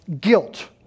guilt